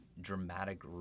dramatic